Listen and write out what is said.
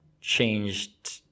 changed